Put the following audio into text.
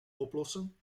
oplossen